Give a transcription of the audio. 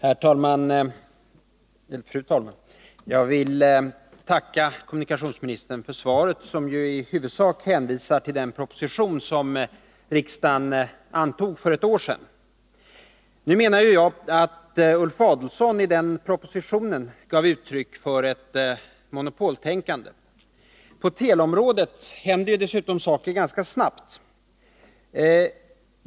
Fru talman! Jag vill tacka kommunikationsministern för svaret, vilket ju i huvudsak hänvisar till den proposition som riksdagen antog för ett år sedan. Nu menar jag att Ulf Adelsohn i propositionen gav uttryck för ett monopoltänkande. På teleområdet händer dessutom saker ganska snabbt.